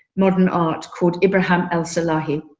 modern art called ibrahim el salahi.